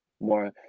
More